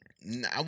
No